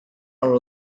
are